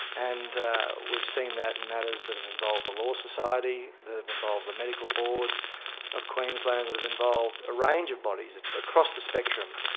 and we've seen that and matters that have involved the law society, that have involved the medical board of queensland, that have involved a range of bodies across the spectrum.